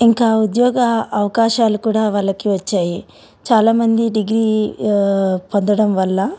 ఇంకా ఉద్యోగ అవకాశాలు కూడా వాళ్ళకి వచ్చాయి చాలామంది డిగ్రీ పొందడం వల్ల